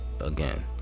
again